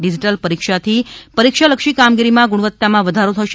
digital પરીક્ષાથી પરીક્ષાલક્ષી કામગીરીમાં ગુણવત્તામાં વધારો થશે